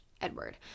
Edward